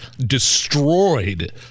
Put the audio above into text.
destroyed